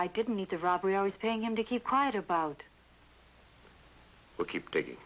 i didn't need to robbery always paying him to keep quiet about what keep t